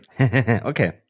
Okay